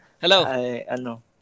Hello